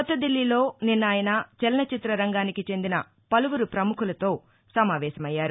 కొత్త దిల్లీలో నిన్న ఆయన చలనచిత్ర రంగానికి చెందిన పలుపురు ప్రముఖులతో సమావేశమయ్యారు